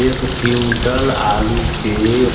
एक क्विंटल आलू के